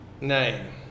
name